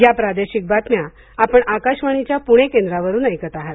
या प्रादेशिक बातम्या आपण आकाशवाणीच्या पुणे केंद्रावरुन ऐकत आहात